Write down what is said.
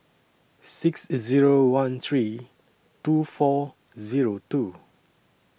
six Zero one three two four Zero two